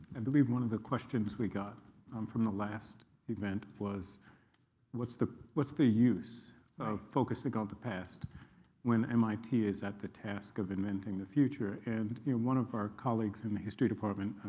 and believe, one of the questions we got from the last event was what's the what's the use of focusing on the past when mit is at the task of inventing the future? and one of our colleagues in the history department,